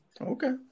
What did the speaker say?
Okay